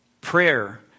Prayer